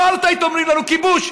אפרטהייד, אומרים לנו, כיבוש.